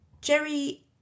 jerry